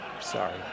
Sorry